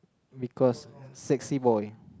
because sexy boy